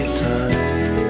time